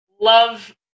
love